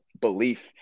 belief